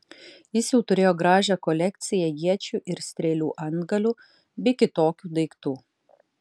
jis jau turėjo gražią kolekciją iečių ir strėlių antgalių bei kitokių daiktų